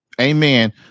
Amen